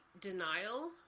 denial